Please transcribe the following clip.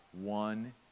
one